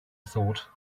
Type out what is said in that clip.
thought